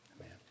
Amen